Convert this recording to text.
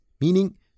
Meaning